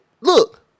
Look